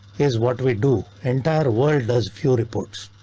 here's what we do. entire world does few reports.